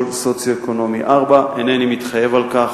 סוציו-אקונומי 4. אינני מתחייב על כך.